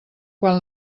quan